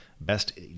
Best